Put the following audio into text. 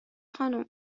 مستقیم